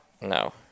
No